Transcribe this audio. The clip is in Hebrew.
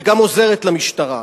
וגם עוזרת למשטרה,